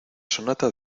sonata